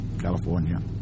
California